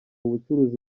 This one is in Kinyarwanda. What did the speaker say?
bucuruzi